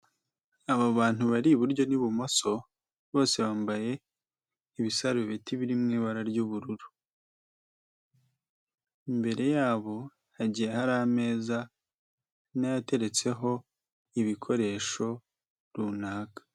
Aba bantu bari iburyo n'ibumoso, bose bambaye ibisarubeti biri mu ibara ry'ubururu. Imbere yabo hagiye hari ameza nayo ateretseho ibikoresho runaka.